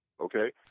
Okay